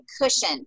cushion